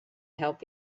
help